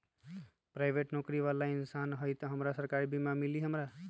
Private नौकरी बाला इंसान हई त हमरा सरकारी बीमा मिली हमरा?